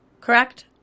Correct